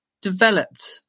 developed